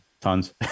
tons